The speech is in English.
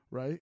right